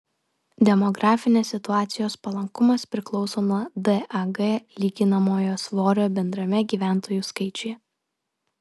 demografinės situacijos palankumas priklauso nuo dag lyginamojo svorio bendrame gyventojų skaičiuje